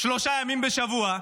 שלושה ימים בשבוע,